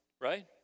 right